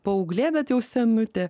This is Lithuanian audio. paauglė bet jau senutė